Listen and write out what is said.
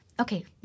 okay